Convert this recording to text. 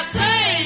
say